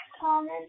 common